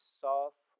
soft